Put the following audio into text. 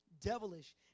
devilish